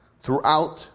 throughout